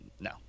No